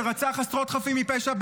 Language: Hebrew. שרצח עשרות חפים מפשע,